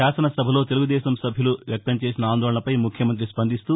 శాసనసభలో తెలుగుదేశం సభ్యులు వ్యక్తం చేసిన ఆందోళనపై ముఖ్యమంత్రి స్పందిస్తూ